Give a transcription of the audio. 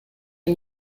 are